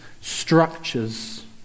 structures